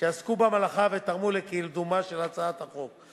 שעסקו במלאכה ותרמו לקידומה של הצעת החוק.